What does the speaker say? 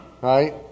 right